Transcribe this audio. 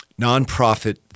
nonprofit